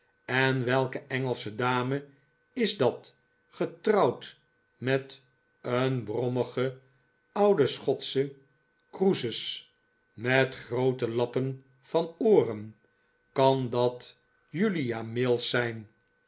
en welke engelsche dame is dat getrouwd met een brommigen ouden schotschen croesus met groote lappen van ooren kan dat julia mills zijn